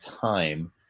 time